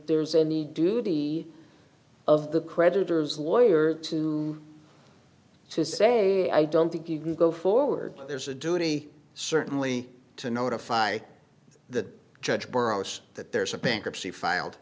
there's any d duty of the creditors lawyer to to say i don't think you can go forward there's a duty certainly to notify the judge burris that there's a bankruptcy filed